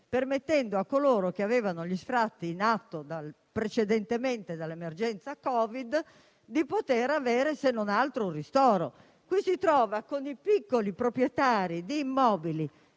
permettendo a coloro che avevano gli sfratti in atto precedentemente all'emergenza Covid di avere, se non altro, un ristoro. Ci sono piccoli proprietari di immobili,